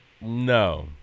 No